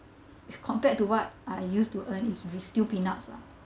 if compared to what I used to earn it's rea~ still peanuts lah